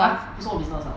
!huh! 不是 all business ah